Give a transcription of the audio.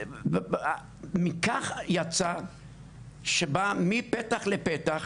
מכך יצא שבא מפתח לפתח,